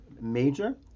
major